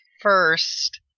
first